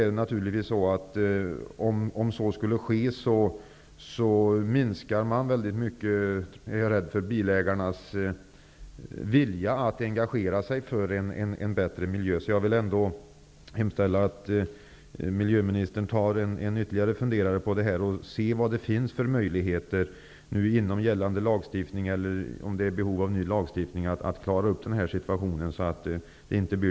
Det rör sig ju om stora kostnader. Dessutom är jag rädd för att bilägarens vilja att engagera sig för en bättre miljö då skulle kunna minska. Jag hemställer därför att miljöministern tar sig ytterligare en funderare på det här och att han undersöker vilka möjligheter som finns inom gällande lagstiftning eller om det finns behov av en ny lagstiftning, så att situationen kan klaras ut.